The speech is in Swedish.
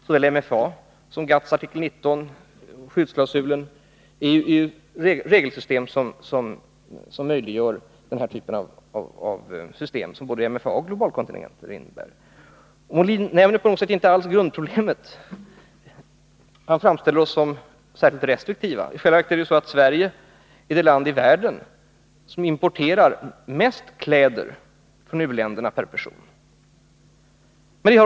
Såväl MFA som GATT:s artikel 19 — skyddsklausulen — är ju regelsystem som möjliggör den här typen av system som både MFA och globalkontingenter innebär. Björn Molin nämner inte alls grundproblemet. Han framställer oss som särskilt restriktiva. I själva verket är det ju så att Sverige är det land i världen som importerar mest kläder från u-länderna per person.